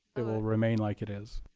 it will remain like it is.